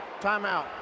Timeout